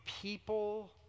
people